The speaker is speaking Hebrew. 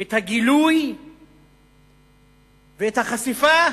את הגילוי ואת החשיפה